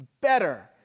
better